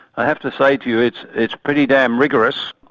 i have to say to you it's it's pretty damn rigorous.